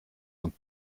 und